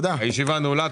הישיבה נעולה.